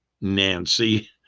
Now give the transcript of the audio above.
Nancy